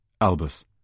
Albus